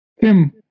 Tim